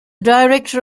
director